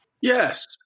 yes